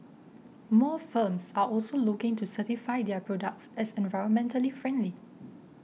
more firms are also looking to certify their products as environmentally friendly